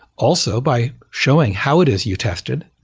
also by showing how it is you tested,